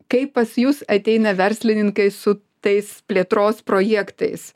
kai pas jus ateina verslininkai su tais plėtros projektais